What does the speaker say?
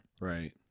right